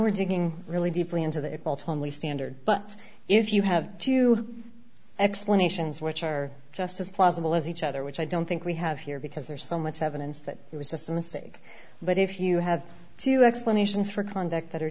we're digging really deeply into the it will totally standard but if you have two explanations which are just as plausible as each other which i don't think we have here because there's so much evidence that it was just a mistake but if you have two explanations for conduct that are